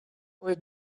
where